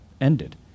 ended